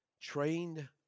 Trained